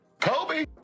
Kobe